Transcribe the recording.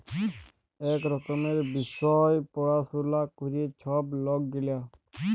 ইক রকমের বিষয় পাড়াশলা ক্যরে ছব লক গিলা